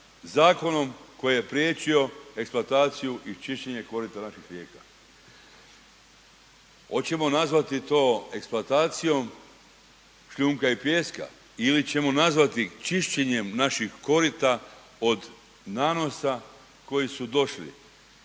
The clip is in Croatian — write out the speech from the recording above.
zakonom koji je priječio eksploataciju i čišćenje korita naših rijeka. Očemo nazvati to eksploatacijom šljunka i pijeska ili ćemo nazvati čišćenjem naših korita od nanosa koji su došli?